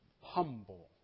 humble